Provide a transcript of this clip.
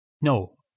No